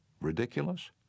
Ridiculous